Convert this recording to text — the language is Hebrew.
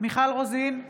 מיכל רוזין,